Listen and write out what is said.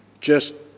just